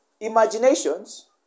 imaginations